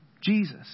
Jesus